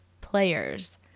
players